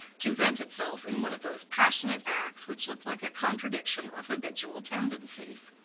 to vent itself in one of those passionate acts which look like a contradiction of habitual tendencies.